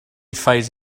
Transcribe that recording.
phase